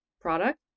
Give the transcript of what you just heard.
product